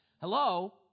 hello